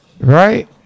Right